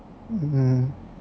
mmhmm